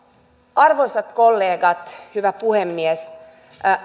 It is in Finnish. arvoisat kollegat hyvä puhemies